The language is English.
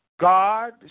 God